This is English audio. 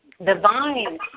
divine